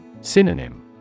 Synonym